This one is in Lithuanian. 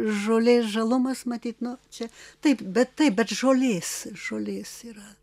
žolės žalumas matyt no čia taip bet taip bet žolės žolės yra